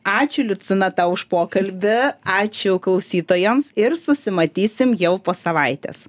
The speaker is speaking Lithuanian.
ačiū liucina tau už pokalbį ačiū klausytojams ir susimatysim jau po savaitės